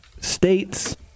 states